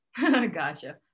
Gotcha